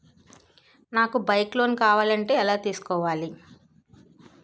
నాకు bike loan కావాలంటే ఎలా తీసుకోవాలి?